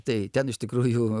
tai ten iš tikrųjų